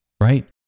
right